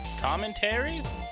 commentaries